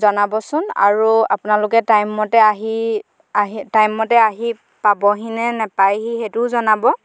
জনাবচোন আৰু আপোনালোকে টাইম মতে আহি আহি টাইম মতে আহি পাবহি নে নাপায়হি সেইটোও জনাব